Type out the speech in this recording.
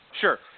Sure